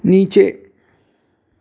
नीचे